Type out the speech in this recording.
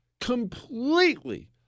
completely